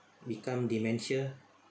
become dementia